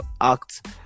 act